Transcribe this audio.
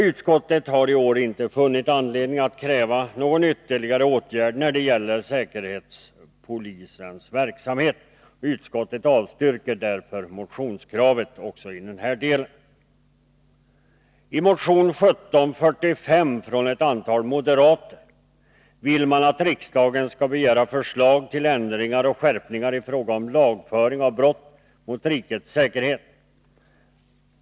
Utskottet har i år inte funnit anledning att kräva någon ytterligare åtgärd när det gäller säkerhetspolisens verksamhet. Utskottet avstyrker därför motionskravet också i den här delen. I motion 1745 från ett antal moderater vill motionärerna att riksdagen skall begära förslag till ändringar och skärpningar i fråga om lagföring av brott mot rikets säkerhet.